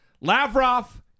Lavrov